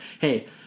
Hey